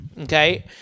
okay